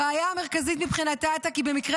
הבעיה המרכזית מבחינתה הייתה כי במקרה